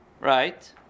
Right